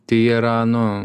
tai yra nu